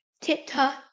TikTok